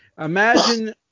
imagine